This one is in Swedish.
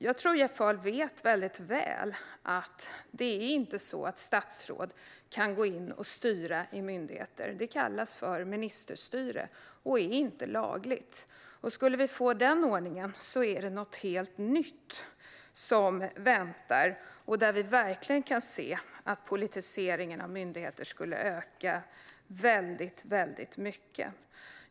Jag tror att Jeff Ahl väldigt väl vet att statsråd inte kan gå in och styra myndigheter. Det kallas för ministerstyre och är inte lagligt. Skulle vi få den ordningen är det någonting helt nytt som väntar och där man verkligen skulle se att politiseringen av myndigheter skulle öka väldigt mycket.